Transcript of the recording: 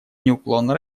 неуклонно